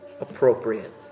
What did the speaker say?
appropriate